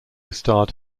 starred